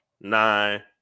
nine